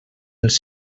els